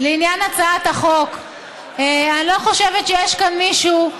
לעניין הצעת החוק, אני לא חושבת שיש כאן מישהו,